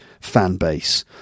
fanbase